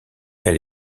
elle